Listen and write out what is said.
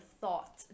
thought